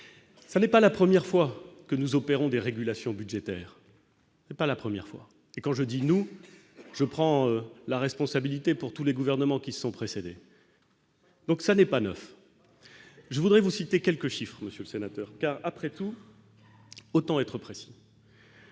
ça n'est pas la première fois que nous opérons des régulations budgétaires, c'est pas la première fois, et quand je dis nous, je prends la responsabilité, pour tous les gouvernements qui sont précédées. Donc ça n'est pas 9, je voudrais vous citer quelques chiffres, Monsieur le Sénateur, car après tout autant être précis.